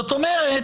בסדר.